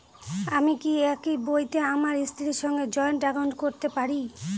আমি কি একই বইতে আমার স্ত্রীর সঙ্গে জয়েন্ট একাউন্ট করতে পারি?